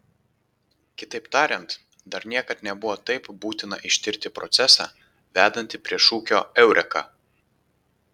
kitaip tariant dar niekad nebuvo taip būtina ištirti procesą vedantį prie šūkio eureka